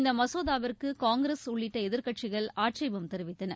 இந்த மசோதாவிற்கு காங்கிரஸ் உள்ளிட்ட எதிர்க்கட்சிகள் ஆட்சேபம் தெரிவித்தன